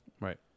Right